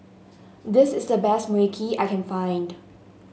this is the best Mui Kee I can find